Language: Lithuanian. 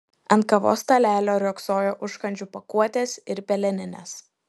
ant kavos stalelio riogsojo užkandžių pakuotės ir peleninės